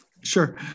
sure